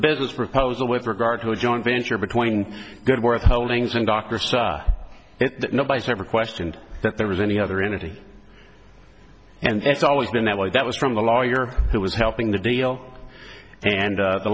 business proposal with regard to a joint venture between good work holdings and dr sun it nobody's ever questioned that there was any other entity and it's always been that way that was from the lawyer who was helping to deal and